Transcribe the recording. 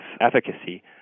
efficacy